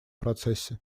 процессе